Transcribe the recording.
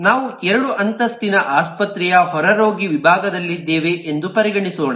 ನಾವು 2 ಅಂತಸ್ತಿನ ಆಸ್ಪತ್ರೆಯ ಹೊರರೋಗಿ ವಿಭಾಗದಲ್ಲಿದ್ದೇವೆ ಎಂದು ಪರಿಗಣಿಸೋಣ